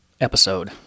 episode